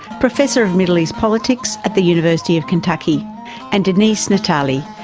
professor of middle east politics at the university of kentucky and denise natali,